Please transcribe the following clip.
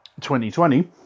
2020